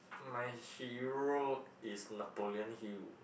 my hero is Napoleon-Hill